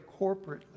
corporately